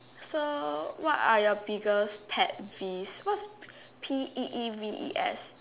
so what are your biggest peeves what's P E E V E S